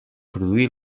produí